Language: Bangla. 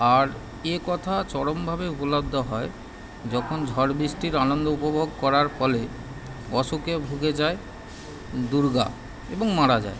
আর এ কথা চরমভাবে উপলব্ধ হয় যখন ঝড় বৃষ্টির আনন্দ উপভোগ করার ফলে অসুখে ভুগে যায় দুর্গা এবং মারা যায়